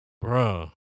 bro